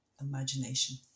imagination